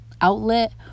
outlet